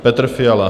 Petr Fiala.